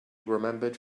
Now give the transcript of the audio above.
remembered